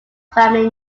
family